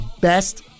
best